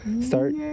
start